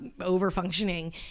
over-functioning